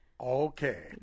Okay